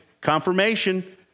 confirmation